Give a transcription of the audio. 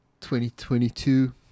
2022